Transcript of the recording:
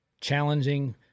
challenging